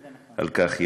על כך, זה נכון.